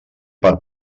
per